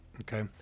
Okay